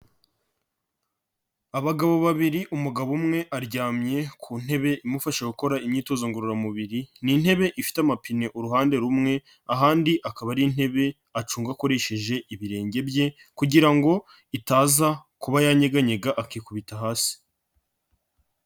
Abagabo babiri, umugabo umwe aryamye ku ntebe imufasha gukora imyitozo ngororamubiri, ni intebe ifite amapine uruhande rumwe, ahandi akaba ari intebe acunga akoresheje ibirenge bye kugira ngo itaza kuba yanyeganyega akikubita hasi.